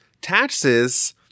taxes